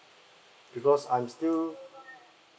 because I'm still